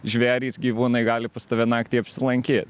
žvėrys gyvūnai gali pas tave naktį apsilankyt